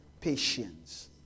patience